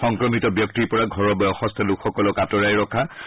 সংক্ৰমিত ব্যক্তিৰ পৰা ঘৰৰ বয়সস্থ লোকসকলক আঁতৰাই ৰখাটো উচিত